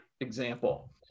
example